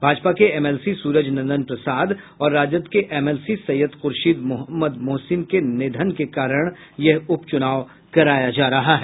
भाजपा के एमएलसी सूरज नंदन प्रसाद और राजद के एमएलसी सैयद खुर्शिद मोहम्मद मोहसीन के निधन के कारण यह उप चुनाव कराया जा रहा है